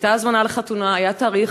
הייתה הזמנה לחתונה, היה תאריך.